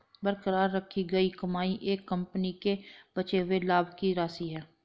बरकरार रखी गई कमाई एक कंपनी के बचे हुए लाभ की राशि है